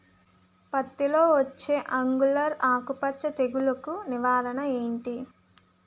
పత్తి లో వచ్చే ఆంగులర్ ఆకు మచ్చ తెగులు కు నివారణ ఎంటి?